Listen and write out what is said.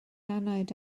annwyd